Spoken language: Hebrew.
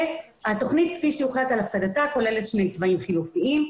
התוכנית כפי שהוחלט על הפקדתה כוללת שני תוואים חילופיים,